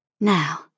Now